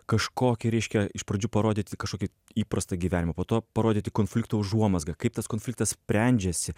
kažkokį reiškia iš pradžių parodyti kažkokį įprastą gyvenimą po to parodyti konflikto užuomazgą kaip tas konfliktas sprendžiasi